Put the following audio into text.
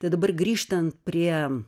tai dabar grįžtant prie